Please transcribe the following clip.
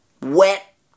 wet